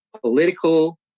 political